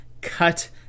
cut